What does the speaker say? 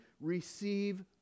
receive